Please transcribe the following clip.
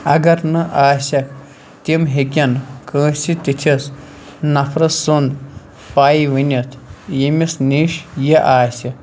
اَگر نہٕ آسٮ۪کھ تِم ہٮ۪کن کٲنٛسہِ تِتھِس نفرٕ سُنٛد پےَ ؤنِتھ ییٚمس نِش یہِ آسہِ